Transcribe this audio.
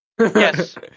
Yes